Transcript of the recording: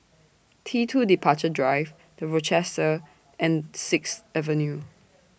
T two Departure Drive The Rochester and Sixth Avenue